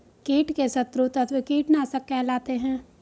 कीट के शत्रु तत्व कीटनाशक कहलाते हैं